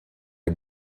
are